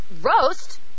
roast